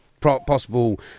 possible